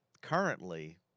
currently